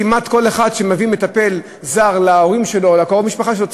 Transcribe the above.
כמעט כל אחד שמביא מטפל זר להורים שלו או לקרוב משפחה שלו,